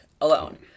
alone